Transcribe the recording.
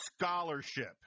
scholarship